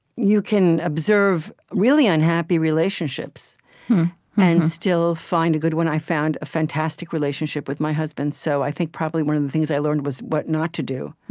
you can observe really unhappy relationships and still find a good one. i found a fantastic relationship with my husband, so i think probably one of the things i learned was what not to do.